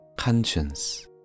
conscience